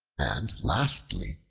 and, lastly,